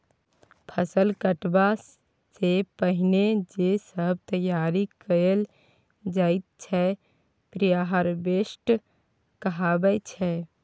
फसल कटबा सँ पहिने जे सब तैयारी कएल जाइत छै प्रिहारवेस्ट कहाबै छै